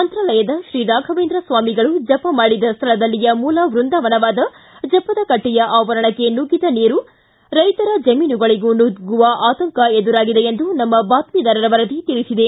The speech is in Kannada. ಮಂತ್ರಾಲಯದ ಶ್ರೀರಾಘವೇಂದ್ರ ಸ್ವಾಮಿಗಳು ಜಪ ಮಾಡಿದ ಸ್ಥಳದಲ್ಲಿಯ ಮೂಲ ವೃಂದಾವನವಾದ ಜಪದಕಟ್ಟೆಯ ಆವರಣಕ್ಕೆ ನುಗ್ಗಿದ ನದಿ ನೀರು ರೈತರ ಜಮೀನುಗಳಿಗೂ ನುಗ್ಗುವ ಆತಂಕ ಎದುರಾಗಿದೆ ಎಂದು ನಮ್ನ ಬಾತ್ತಿದಾರರ ವರದಿ ತಿಳಿಸಿದೆ